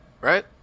right